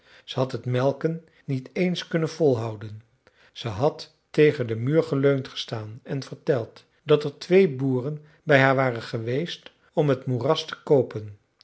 ze had het melken niet eens kunnen volhouden ze had tegen den muur geleund gestaan en verteld dat er twee boeren bij haar waren geweest om het moeras te koopen